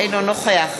אינו נוכח